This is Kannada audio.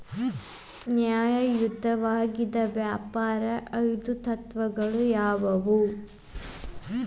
ನ್ಯಾಯಯುತವಾಗಿದ್ ವ್ಯಾಪಾರದ್ ಐದು ತತ್ವಗಳು ಯಾವ್ಯಾವು?